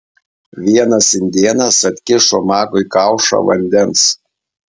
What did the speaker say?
vienas indėnas atkišo magui kaušą vandens